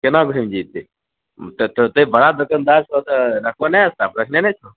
केना घूमि जेतै ततेक बड़ा दोकानदार सब रखबहो नहि स्टाफ रखने नहि छहो